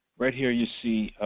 right here you see